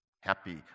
happy